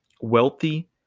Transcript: wealthy